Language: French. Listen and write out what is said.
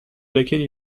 laquelle